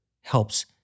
helps